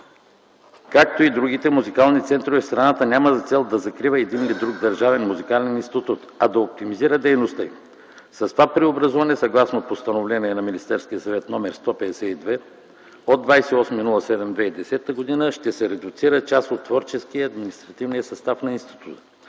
както и за другите музикални центрове в страната), няма за цел да закрива един или друг държавен музикален институт, а да оптимизира дейността им. С това преобразуване съгласно Постановление на Министерския съвет № 152 от 28.07.2010 г. ще се редуцира част от творческия и административния състав, което